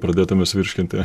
pradėdamas virškinti